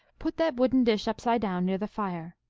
put that wooden dish upside down, near the fire.